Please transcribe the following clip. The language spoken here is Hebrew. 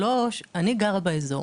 דבר שלישי, אני גרה באזור